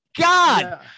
God